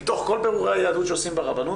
מתוך כל בירורי היהדות שעושים ברבנות,